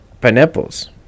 pineapples